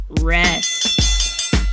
Rest